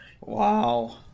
wow